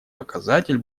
показатель